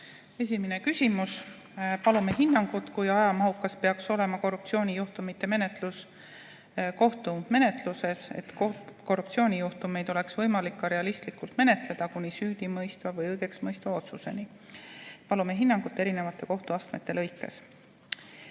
Esimene küsimus: "Palume Teie hinnangut, kui ajamahukas peaks olema korruptsioonijuhtumite menetlus kohtumenetluses, et korruptsioonijuhtumeid oleks võimalik ka realistlikult menetleda kuni süüdimõistva või õigeksmõistva otsuseni. Palume Teie hinnangut erinevate kohtuastmete lõikes."